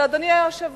אבל, אדוני היושב-ראש,